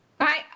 Hi